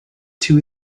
two